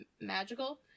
magical